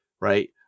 Right